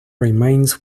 remains